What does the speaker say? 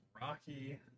Rocky